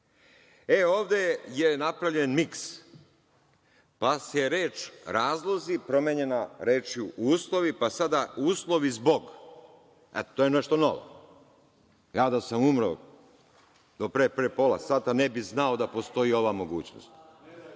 Ovde je napravljen miks, pa se reč razlozi promenjena rečju uslovi, pa sada uslovi zbog, to je nešto novo. Da sam umro do pre pola sat ne bih znao da postoji ova mogućnost. To